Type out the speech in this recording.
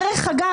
דרך אגב,